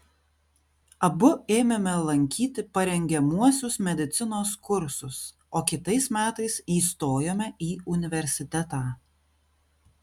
abu ėmėme lankyti parengiamuosius medicinos kursus o kitais metais įstojome į universitetą